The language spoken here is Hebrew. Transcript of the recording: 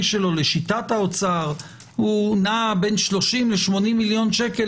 שלו לשיטת האוצר נע בין 30 ל-80 מיליון שקל